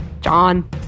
John